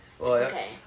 okay